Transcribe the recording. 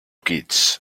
kids